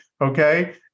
Okay